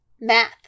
Math